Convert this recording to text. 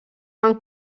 van